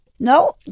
No